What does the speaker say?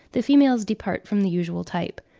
the females depart from the usual type,